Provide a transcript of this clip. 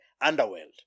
underworld